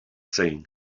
saying